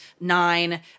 Nine